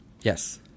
Yes